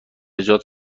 جات